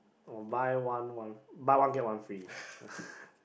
or buy one one buy one get one free